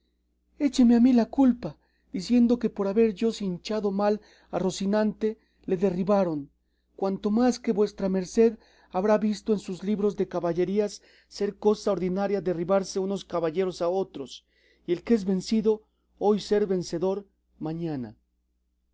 écheme a mí la culpa diciendo que por haber yo cinchado mal a rocinante le derribaron cuanto más que vuestra merced habrá visto en sus libros de caballerías ser cosa ordinaria derribarse unos caballeros a otros y el que es vencido hoy ser vencedor mañana